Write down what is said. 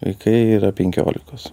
vaikai yra penkiolikos